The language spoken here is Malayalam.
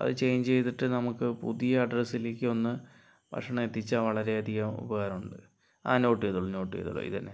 അത് ചേഞ്ച് ചെയ്തിട്ട് നമുക്ക് പുതിയ അഡ്രസ്സിലേക്ക് ഒന്ന് ഭക്ഷണം എത്തിച്ചാൽ വളരെയധികം ഉപകാരം ഉണ്ട് ആ നോട്ട് ചെയ്തോളൂ നോട്ട് ചെയ്തോളൂ ഇത് തന്നെ